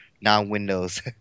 non-Windows